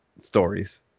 stories